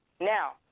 Now